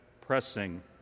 pressing